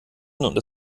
und